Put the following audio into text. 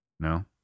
No